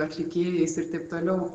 atlikėjais ir taip toliau